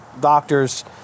doctors